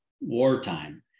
wartime